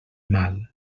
mal